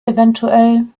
evtl